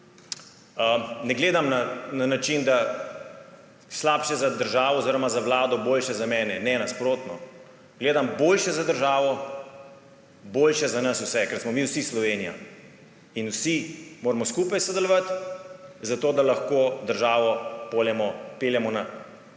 ne gledam na način »slabše za državo – boljše za mene«, ne, nasprotno, gledam »boljše za državo – boljše za nas vse«, ker smo mi vsi Slovenija. In vsi moramo skupaj sodelovati za to, da lahko državo peljemo na